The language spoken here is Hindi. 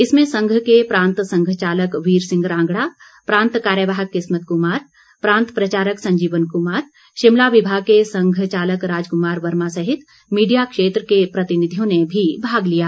इसमें संघ के प्रांत संघ चालक वीर सिंह रांगड़ा प्रांत कार्यवाह किस्मत कुमार प्रांत प्रचारक संजीवन कुमार शिमला विभाग के संघ चालक राज कुमार वर्मा सहित मीडिया क्षेत्र के प्रतिनिधियों ने भी भाग लिया